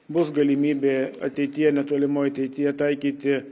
bus galimybė ateityje netolimoj ateityje taikyti